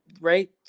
right